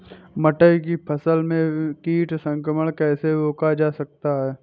मटर की फसल में कीट संक्रमण कैसे रोका जा सकता है?